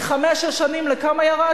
מחמש-שש שנים, לכמה ירד?